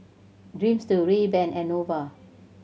Dreamster Rayban and Nova